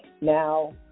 Now